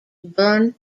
burn